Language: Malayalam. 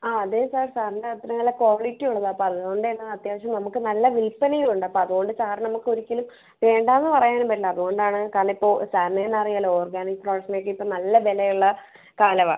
ആ അതെ സാർ സാറിൻ്റെ അത്രയും നല്ല ക്വാളിറ്റി ഉള്ളത അപ്പോൾ അതുകൊണ്ട് തന്നെ അത്യാവശ്യം നമുക്ക് നല്ല വിൽപ്പനയും ഉണ്ട് അപ്പോൾ അതുകൊണ്ട് സാർ നമുക്ക് ഒരിക്കലും വേണ്ട എന്ന് പറയാനും പറ്റില്ല അതുകൊണ്ടാണ് കാരണം ഇപ്പോൾ സാർന് തന്നെ അറിയാമല്ലോ ഓർഗാനിക് പ്രൊഡക്റ്റ്സിനൊക്കെ ഇപ്പോൾ നല്ല വിലയുള്ള കാലമാ